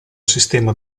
sistema